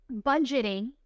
budgeting